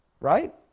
Right